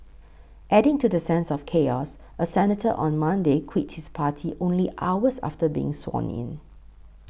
adding to the sense of chaos a senator on Monday quit his party only hours after being sworn in